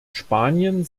spanien